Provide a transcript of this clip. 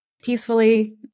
peacefully